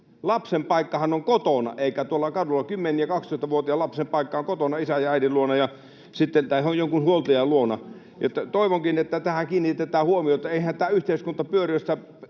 Lapsen paikkahan on kotona eikä tuolla kadulla. 10‑ ja 12‑vuotiaan lapsen paikka on kotona isän ja äidin luona tai jonkun huoltajan luona. Toivonkin, että tähän kiinnitetään huomiota. Eihän tämä yhteiskunta pyöri,